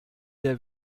der